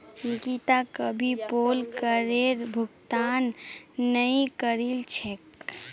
निकिता कभी पोल करेर भुगतान नइ करील छेक